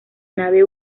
nave